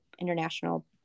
international